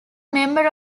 member